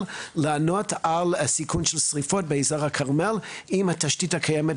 לענות על הסיכון של שריפות באזור הכרמל עם התשתית הקיימת,